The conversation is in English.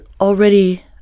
already